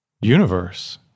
universe